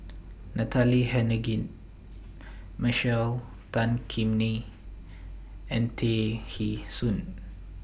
Natalie Hennedige Michael Tan Kim Nei and Tay Kheng Soon